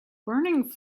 burning